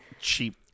cheap